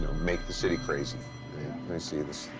make the city crazy. let me see this.